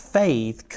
faith